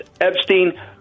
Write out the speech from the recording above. Epstein